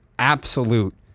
absolute